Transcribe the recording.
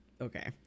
okay